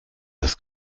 das